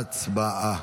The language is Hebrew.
הצבעה.